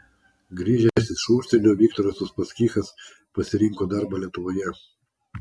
grįžęs iš užsienio viktoras uspaskichas pasirinko darbą lietuvoje